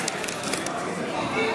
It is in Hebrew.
15,